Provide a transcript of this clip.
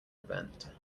event